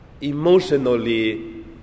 emotionally